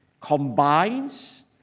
combines